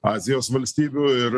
azijos valstybių ir